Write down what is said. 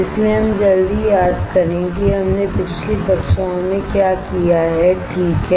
इसलिए हम जल्दी याद करें कि हमने पिछली कक्षाओं में क्या किया है ठीक है